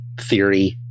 theory